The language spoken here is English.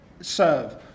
serve